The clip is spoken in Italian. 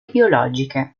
biologiche